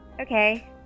Okay